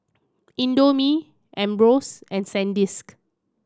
Indomie Ambros and Sandisk